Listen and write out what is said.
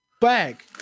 Bag